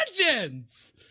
Legends